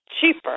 cheaper